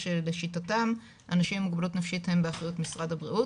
שלשיטתם אנשים עם מוגבלות נפשית עם באחריות משרד הבריאות,